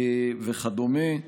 וכדומה.